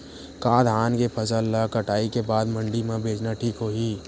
का धान के फसल ल कटाई के बाद मंडी म बेचना ठीक होही?